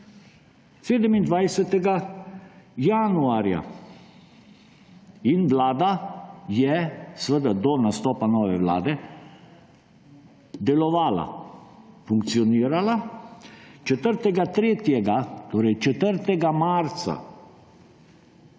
27. januarja. Vlada je do nastopa nove vlade delovala, funkcionirala. 4. 3., torej 4. marca